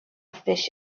fish